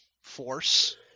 force